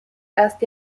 erst